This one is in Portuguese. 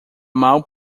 mal